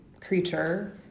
creature